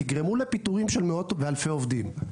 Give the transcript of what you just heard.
תגרמו לפיטורים של מאות ואלפי עובדים.